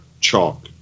Chalk